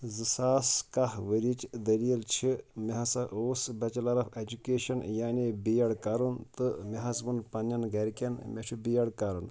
زٕ ساس کاہ ؤریِچ دلیل چھِ مےٚ ہسا اوس بیٚچلَر آف ایٚجوکیشن یعنی بی ایٚڈ کرُن تہٕ مےٚ حظ ووٚن پننٮ۪ن گھرِکٮ۪ن مےٚ چھُ بی ایٚڈ کرُن